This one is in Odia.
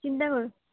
ଚିନ୍ତା